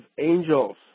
angels